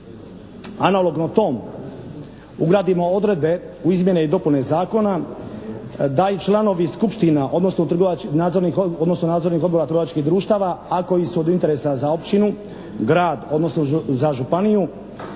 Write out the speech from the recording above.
analogno tom ugradimo odredbe u izmjene i dopune zakona da i članovi skupština, odnosno nadzornih odbora trgovačkih društava a koji su od interesa za opću, grad, odnosno za županiju